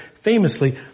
famously